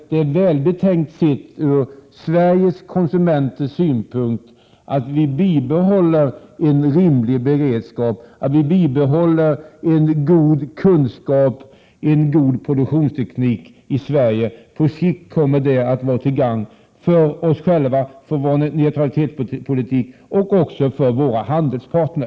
Det är välbetänkt sett ur Sveriges konsumenters synpunkt att vi bibehåller en rimlig beredskap, en god kunskap och en god produktionsteknik i Sverige. På sikt kommer detta att vara till gagn för oss själva, för vår neutralitetspolitik och för våra handelspartner.